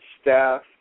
staff